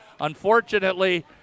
Unfortunately